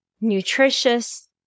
nutritious